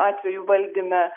atvejų valdyme